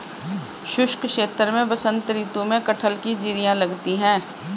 शुष्क क्षेत्र में बसंत ऋतु में कटहल की जिरीयां लगती है